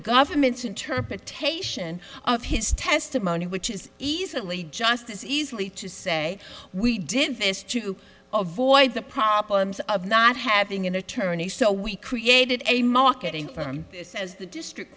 government's interpretation of his testimony which is easily just as easily to say we did this to avoid the problems of not having an attorney so we created a marketing firm says the district